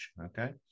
Okay